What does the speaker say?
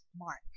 mark